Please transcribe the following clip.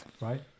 right